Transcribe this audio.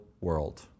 world